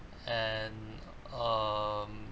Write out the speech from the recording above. and um